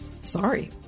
sorry